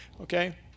Okay